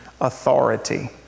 authority